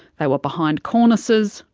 they were behind cornices,